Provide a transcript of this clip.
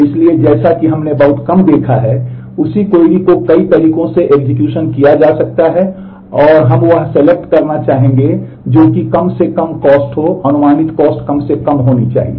इसलिए जैसा कि हमने बहुत कम देखा है उसी क्वेरी कम से कम होनी चाहिए